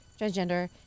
transgender